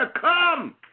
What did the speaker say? come